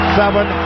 seven